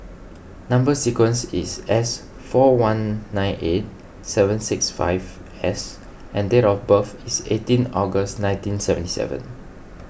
Number Sequence is S four one nine eight seven six five S and date of birth is eighteen August nineteen seventy seven